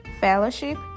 fellowship